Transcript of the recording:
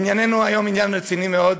ענייננו היום עניין רציני מאוד.